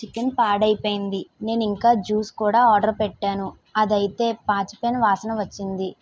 chicken పాడైపోయింది నేను ఇంకా జ్యూస్ కూడా ఆర్డర్ పెట్టాను అది అయితే పాసిపోయిన వాసన వచ్చింది